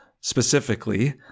specifically